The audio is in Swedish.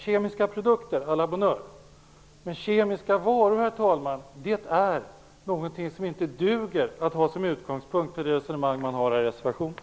Kemiska produkter, à la bonheure, men kemiska varor, herr talman, det är någonting som inte duger att ha som utgångspunkt för det resonemang man har här i reservationen.